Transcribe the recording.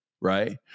right